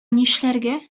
нишләргә